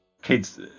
Kids